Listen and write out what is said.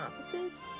offices